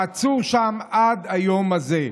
העצור שם עד היום הזה.